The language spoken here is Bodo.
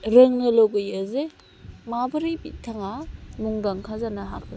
रोंनो लुगैयो जे माबोरै बिथाङा मुंदांखा जानो हाखो